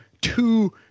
two